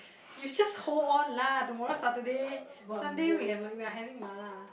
you just hold on lah tomorrow Saturday Sunday we have we're having mala